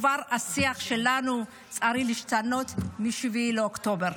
השיח שלנו היה צריך להשתנות כבר מ-7 באוקטובר.